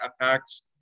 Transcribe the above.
attacks